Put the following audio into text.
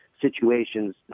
situations